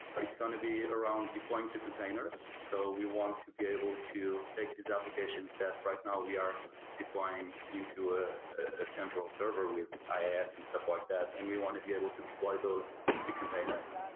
it's going to be around deploying to containers. so we want to be able to take this application step. right now we are deploying into a ah central server with iaas and stuff like that and we want to be able to deploy those to containers.